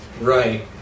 Right